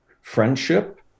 friendship